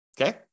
Okay